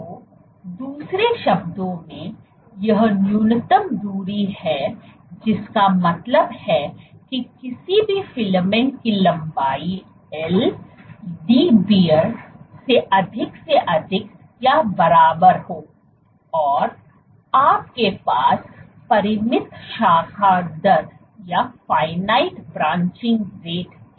तो दूसरे शब्दों में यह न्यूनतम दूरी है जिसका मतलब है कि किसी भी फिलामेंट की लंबाई L Dbr से अधिक से अधिक या बराबर हो और आपके पास परिमित शाखा दर है